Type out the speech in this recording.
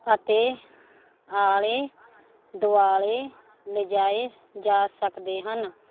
ਅਤੇ ਆਲੇ ਦੁਆਲੇ ਲਿਜਾਏ ਜਾ ਸਕਦੇ ਹਨ